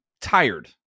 tired